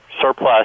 surplus